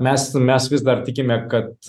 mes mes vis dar tikime kad